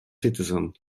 citizen